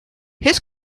his